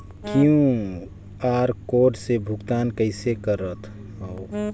QR code से भुगतान कइसे करथव?